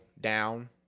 down